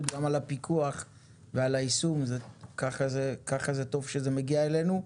גם על הפיקוח ועל היישום וככה זה טוב שזה מגיע אלינו.